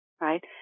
right